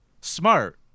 Smart